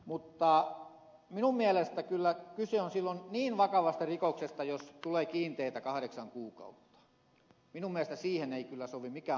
mutta minun mielestäni kyllä kyse on silloin niin vakavasta rikoksesta jos tulee kiinteätä kahdeksan kuukautta että minun mielestäni siihen ei kyllä sovi mikään muu kuin koppi